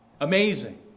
amazing